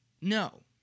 No